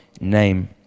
name